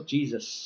Jesus